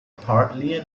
partly